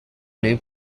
new